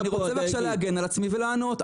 אני רוצה בבקשה להגן על עצמי ולענות.